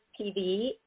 TV